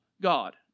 God